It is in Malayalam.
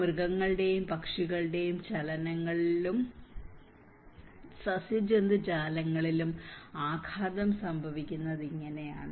മൃഗങ്ങളുടെയും പക്ഷികളുടെയും ചലനങ്ങളിലും സസ്യജന്തുജാലങ്ങളിലും ആഘാതം സംഭവിക്കുന്നത് ഇങ്ങനെയാണ്